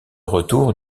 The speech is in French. retour